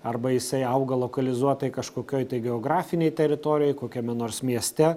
arba jisai auga lokalizuotai kažkokioj tai geografinėj teritorijoj kokiame nors mieste